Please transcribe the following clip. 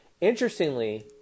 Interestingly